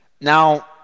Now